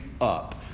up